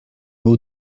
był